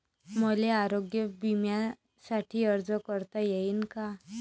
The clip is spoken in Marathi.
मले आरोग्य बिम्यासाठी अर्ज करता येईन का?